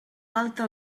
falta